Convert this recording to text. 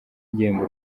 igihembo